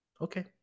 Okay